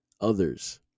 others